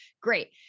Great